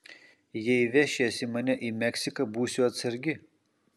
jei vešiesi mane į meksiką būsiu atsargi